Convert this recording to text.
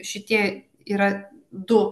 šitie yra du